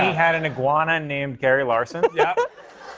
had an iguana named gary larson. yeah.